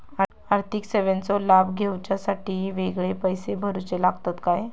आर्थिक सेवेंचो लाभ घेवच्यासाठी वेगळे पैसे भरुचे लागतत काय?